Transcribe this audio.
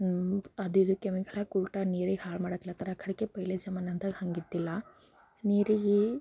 ಅದು ಇದು ಕೆಮಿಕಲ್ ಹಾಕಿ ಉಲ್ಟಾ ನೀರಿಗೆ ಹಾಳು ಮಾಡಕ್ಲತ್ತಾರ ಕಡಿಕ್ಕೆ ಪೈಲೆ ಜಮಾನದಾಗ ಹಂಗೆ ಇದ್ದಿಲ್ಲ ನೀರಿಗೆ